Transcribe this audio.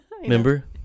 Remember